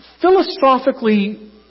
Philosophically